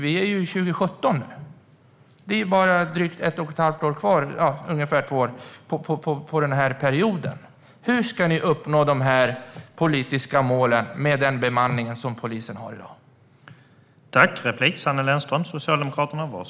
Det är ju 2017 nu. Det är bara ungefär två år kvar av den perioden. Hur ska ni uppnå dessa politiska mål med den bemanning polisen har i dag?